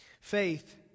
Faith